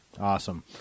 Awesome